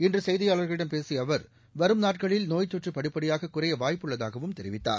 இன்று செய்தியாளர்களிடம் பேசிய அவர் வரும் நாட்களில் நோய்த் தொற்று படிப்படியாக குறைய வாய்ப்புள்ளதாகவும் தெரிவித்தார்